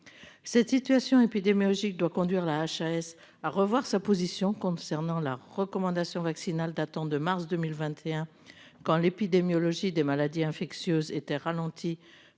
Cette situation épidémiologique doit conduire la HAS à revoir sa position concernant la recommandation vaccinale datant de mars 2021, quand l'épidémiologie des maladies infectieuses était ralentie